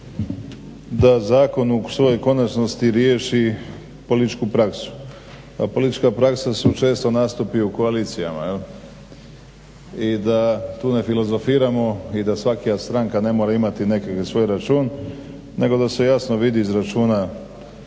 da zakon u svojoj konačnosti riješi političku praksu. A politička praksa su često nastupi u koalicijama. I da tu ne filozofiramo i da svaka stranka ne mora imati neki svoj račun, nego da se jasno vidi iz računa